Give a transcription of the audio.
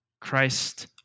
Christ